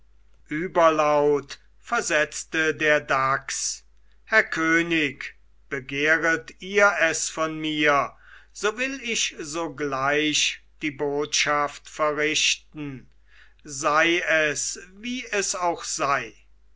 überlaut versetzte der dachs herr könig begehret ihr es von mir so will ich sogleich die botschaft verrichten sei es wie es auch sei